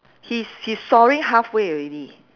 he's he's sawing halfway already